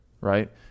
right